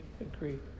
Agreed